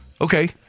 Okay